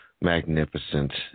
magnificent